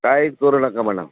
काहीच करू नका म्हणावं